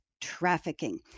Trafficking